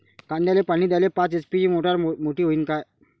कांद्याले पानी द्याले पाच एच.पी ची मोटार मोटी व्हईन का?